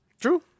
True